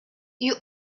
you